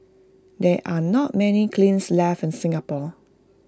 there are not many kilns left in Singapore